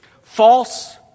false